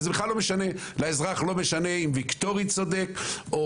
וזה בכלל לא משנה לאזרח לא משנה אם ויקטורי צודק או